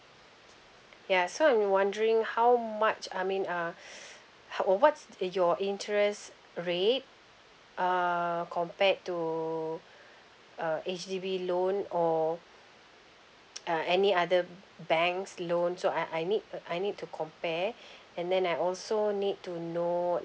ya so I've been wondering how much I mean uh how uh what's your interest rate err compared to uh H_D_B loan or uh any other banks loan so I I need uh I need to compare and then I also need to know